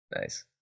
Nice